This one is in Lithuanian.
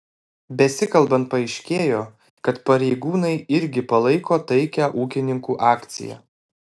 besikalbant paaiškėjo kad pareigūnai irgi palaiko taikią ūkininkų akciją